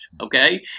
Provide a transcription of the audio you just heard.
okay